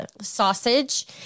sausage